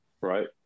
right